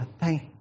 thank